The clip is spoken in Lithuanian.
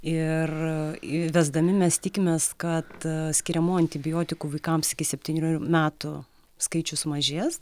ir įvesdami mes tikimės kad skiriamų antibiotikų vaikams iki septynerių metų skaičius mažės